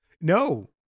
No